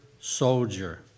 soldier